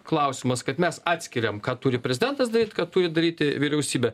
klausimas kad mes atskiriam ką turi prezidentas daryt ką turi daryti vyriausybė